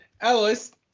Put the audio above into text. Alice